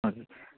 okay